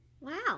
Wow